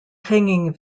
hanging